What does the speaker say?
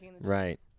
Right